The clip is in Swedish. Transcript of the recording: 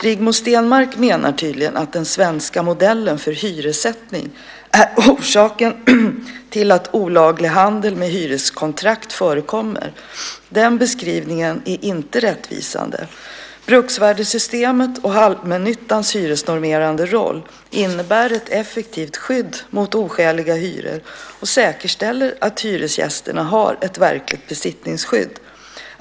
Rigmor Stenmark menar tydligen att den svenska modellen för hyressättning är orsaken till att olaglig handel med hyreskontrakt förekommer. Den beskrivningen är inte rättvisande. Bruksvärdesystemet och allmännyttans hyresnormerande roll innebär ett effektivt skydd mot oskäliga hyror och säkerställer att hyresgästerna har ett verkligt besittningsskydd.